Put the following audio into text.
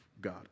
God